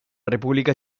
república